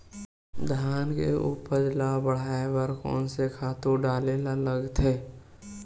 धान के उपज ल बढ़ाये बर कोन से खातु डारेल लगथे?